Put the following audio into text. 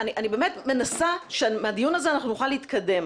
אני באמת מנסה שמהדיון הזה אנחנו נוכל להתקדם